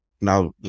Now